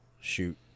shoot